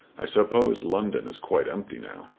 i suppose london is quite empty now.